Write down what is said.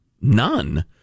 None